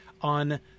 on